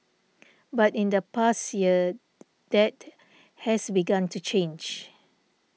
but in the past year that has begun to change